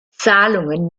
zahlungen